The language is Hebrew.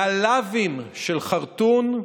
מהלאווים של ח'רטום,